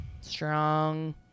strong